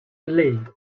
lane